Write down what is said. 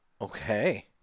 Okay